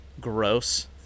gross